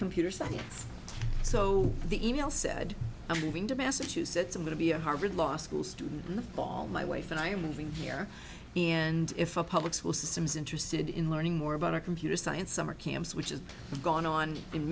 computer science so the e mail said i'm moving to massachusetts i'm going to be a harvard law school student in the fall my wife and i are moving here and if our public school systems interested in learning more about our computer science summer camps which is gone on in